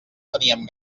teníem